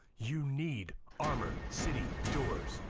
you need armor city doors.